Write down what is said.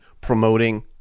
promoting